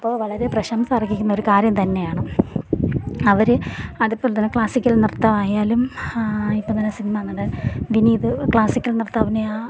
അപ്പോൾ വളരെ പ്രശംസ അർഹിക്കുന്നൊരു കാര്യം തന്നെയാണ് അവർ അതുപോലെത്തന്നെ ക്ലാസിക്കൽ നൃത്തം ആയാലും ഇപ്പോൾത്തന്നെ സിനിമ നടൻ വിനീത് ക്ലാസിക്കൽ നൃത്ത അഭിനയ